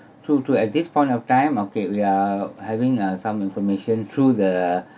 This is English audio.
true true at this point of time okay we are having uh some information through the